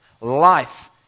life